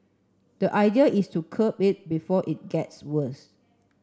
the idea is to curb it before it gets worse